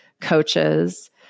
coaches